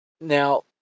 Now